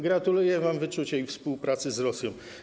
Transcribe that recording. Gratuluję wam wyczucia i współpracy z Rosją.